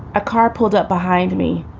a car pulled up behind me.